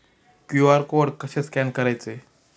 QR code कसे scan करायचे?